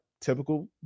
typical